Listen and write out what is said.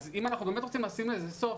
אם אנחנו באמת רוצים לשים לזה סוף,